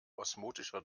osmotischer